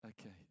Okay